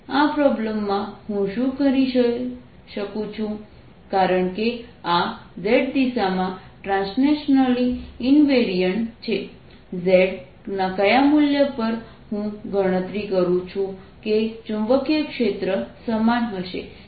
આ પ્રોબ્લેમમાં હું શું કરીશ કારણ કે આ z દિશામાં ટ્રાન્સલેશનલી ઈનવેરિઅન્ટ છે z ના કયા મૂલ્ય પર હું ગણતરી કરું છું કે ચુંબકીય ક્ષેત્ર સમાન હશે